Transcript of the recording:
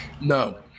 No